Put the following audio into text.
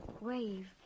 wave